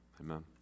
Amen